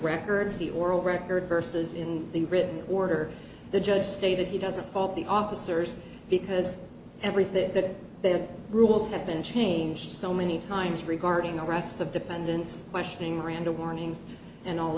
record the oral record versus in the written order the judge stated he doesn't fault the officers because everything that they have rules have been changed so many times regarding arrests of dependents questioning random warnings and all